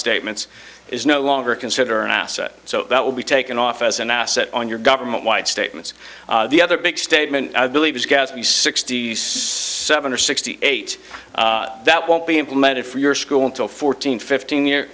statements is no longer consider an asset so that will be taken off as an asset on your government wide statements the other big statement i believe is ghastly sixty six seven or sixty eight that won't be implemented for your school until fourteen fifteen y